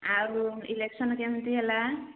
ଆଉ ଇଲେକ୍ସନ କେମିତି ହେଲା